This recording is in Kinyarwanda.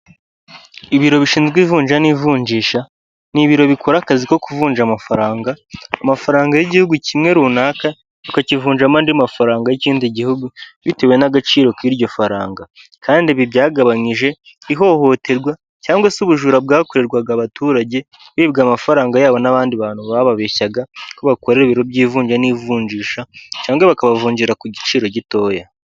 Ibiro bishinzwe ivunja n'ivunjisha ni ibiro bikora akazi ko kuvunja amafaranga, amafaranga y'igihugu kimwe rukakivunshamo andi mafaranga y'ikindi gihugu bitewe n'agaciro k'iryo faranga kandi ibi byagabanyije ihohoterwa cyangwa se ubujura bwakorerwaga abaturage bibwa amafaranga yabo n'abandi bantu bababeshyaga ko bakorera ibiro by'ivunja n'ivunjisha cyangwa bakabavungirara ku giciro gitoya.